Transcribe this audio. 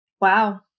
Wow